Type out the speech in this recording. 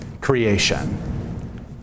creation